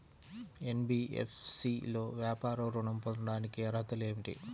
NBFC లో వ్యాపార ఋణం పొందటానికి అర్హతలు ఏమిటీ?